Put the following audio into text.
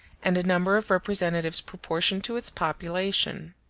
and a number of representatives proportioned to its population.